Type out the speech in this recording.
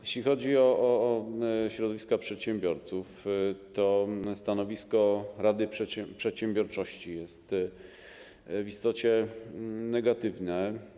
Jeśli chodzi o środowiska przedsiębiorców, to stanowisko Rady Przedsiębiorczości jest w istocie negatywne.